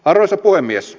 arvoisa puhemies